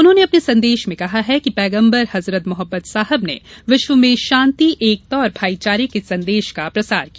उन्होंने अपने संदेश में कहा है कि पेगम्बर हजरत मोहम्मद साहब ने विश्व में शान्ति एकता और भाईचारे के संदेश का प्रसार किया